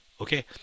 Okay